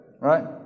right